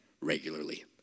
regularly